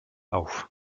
auf